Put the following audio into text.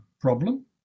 problem